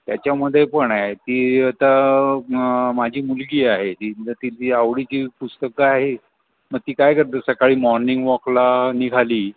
त्याच्यामध्ये पण आहे ती आता मग माझी मुलगी आहे ती तिची आवडीची पुस्तकं आहे मग ती काय करते सकाळी मॉर्निंग वॉकला निघाली